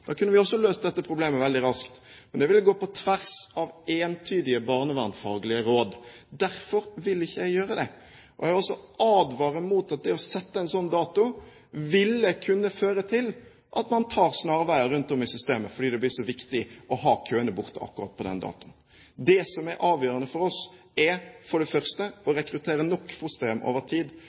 Da kunne vi også løst dette problemet veldig raskt, men det ville gått på tvers av entydige barnevernfaglige råd. Derfor vil jeg ikke gjøre det. Jeg vil også advare om at det å sette en slik dato vil føre til at man tar snarveier rundt om i systemet, fordi det blir så viktig å ha køene bort akkurat på den datoen. Det som er avgjørende for oss, er for det første å rekruttere nok fosterhjem over tid,